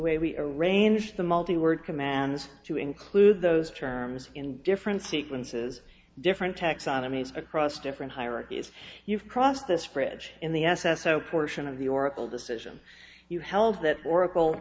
way we arrange the multi word commands to include those terms in different sequences different taxonomies across different hierarchies you've crossed this bridge in the s s o portion of the oracle decision you held that oracle